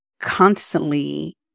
constantly